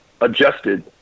adjusted